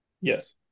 Yes